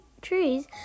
trees